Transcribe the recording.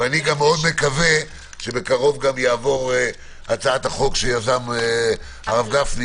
ואני מאוד מקווה שבקרוב תעבור הצעת החוק שיזם הרב גפני,